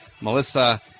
melissa